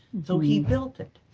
so he built it.